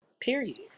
Period